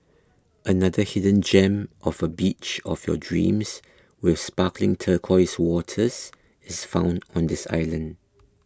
another hidden gem of a beach of your dreams with sparkling turquoise waters is found on this island